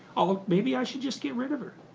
maybe i should just get rid of her.